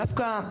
דווקא,